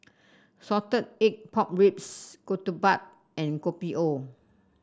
Salted Egg Pork Ribs ketupat and Kopi O